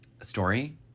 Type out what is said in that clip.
story